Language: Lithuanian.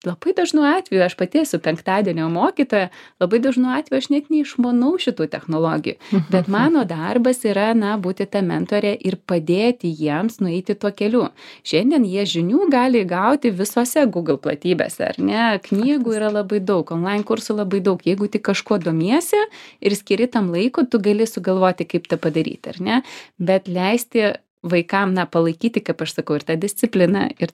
labai dažnu atveju aš pati esu penktadienio mokytoja labai dažnu atveju aš net neišmanau šitų technologijų bet mano darbas yra na būti ta mentore ir padėti jiems nueiti tuo keliu šiandien jie žinių gali gauti visose google platybėse ar ne knygų yra labai daug online kursų labai daug jeigu tik kažkuo domiesi ir skiri tam laiko tu gali sugalvoti kaip tą padaryt ar ne bet leisti vaikam na palaikyti kaip aš sakau ir tą discipliną ir